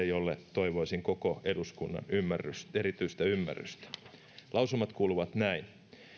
jolle toivoisin koko eduskunnan erityistä ymmärrystä lausumat kuuluvat näin